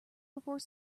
before